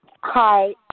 Hi